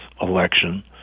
election